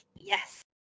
yes